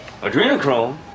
Adrenochrome